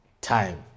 time